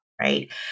right